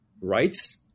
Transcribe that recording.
rights